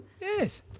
Yes